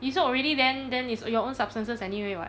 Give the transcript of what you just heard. you soak already then then it's your own substances anyway [what]